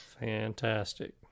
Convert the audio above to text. fantastic